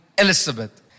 Elizabeth